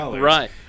Right